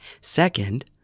Second